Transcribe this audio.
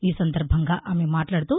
ఈ సందర్భంగా ఆమె మాట్లాడుతూ